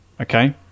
Okay